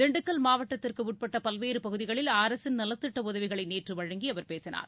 திண்டுக்கல் மாவட்டத்திற்குட்பட்ட பல்வேறு பகுதிகளில் அரசு நலத்திட்ட உதவிகளை நேற்று வழங்கி அவர் பேசினார்